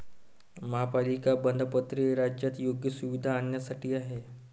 महापालिका बंधपत्रे राज्यात योग्य सुविधा आणण्यासाठी आहेत